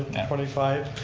and twenty five.